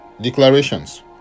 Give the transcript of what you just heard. Declarations